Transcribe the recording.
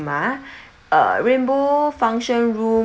ah uh rainbow function room